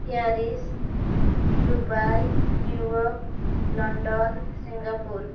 Paris Dubai New York London Singapore